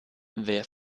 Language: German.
wer